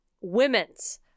women's